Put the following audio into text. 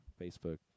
facebook